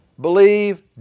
believe